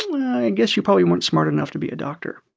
i guess you probably weren't smart enough to be a doctor